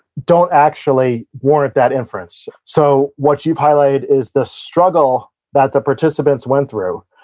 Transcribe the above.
don't actually warrant that inference. so, what you've highlighted is the struggle that the participants went through.